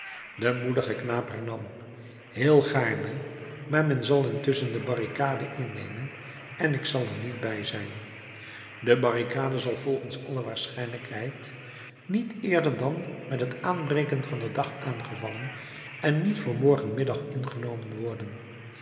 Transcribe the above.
de moedige knaap hernam heel gaarne maar men zal intusschen de barricade innemen en ik zal er niet bij zijn de barricade zal volgens alle waarschijnlijkheid niet eerder dan met het aanbreken van den dag aangevallen en niet voor morgen middag ingenomen worden